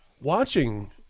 watching